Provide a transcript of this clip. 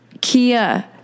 Kia